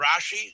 Rashi